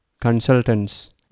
consultants